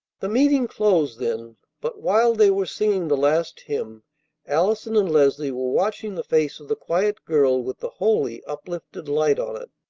the meeting closed then but, while they were singing the last hymn allison and leslie were watching the face of the quiet girl with the holy, uplifted light on it.